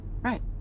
Right